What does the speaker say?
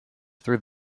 through